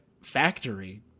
factory